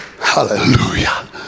Hallelujah